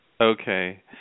Okay